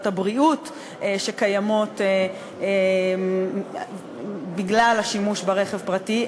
לבריאות שקיימות בגלל השימוש ברכב פרטי,